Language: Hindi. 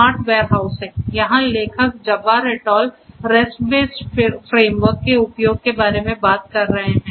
स्मार्ट वेयरहाउसिंग यहां लेखक Jabbar et al rest based framework के उपयोग के बारे में बात कर रहे हैं